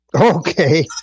Okay